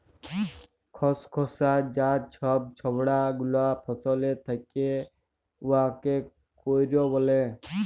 খসখসা যা ছব ছবড়া গুলা ফলের থ্যাকে উয়াকে কইর ব্যলে